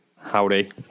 Howdy